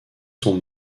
son